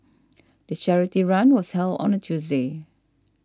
the charity run was held on a Tuesday